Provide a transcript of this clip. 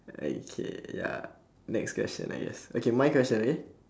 okay ya next question I guess okay mine question okay